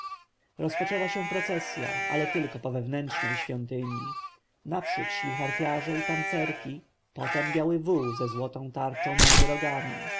rozpoczęła się procesja ale tylko po wewnętrznej świątyni naprzód szli harfiarze i tancerki potem biały wół ze złotą tarczą między rogami